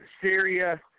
Syria